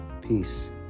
Peace